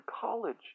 College